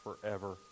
forever